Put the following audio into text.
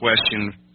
question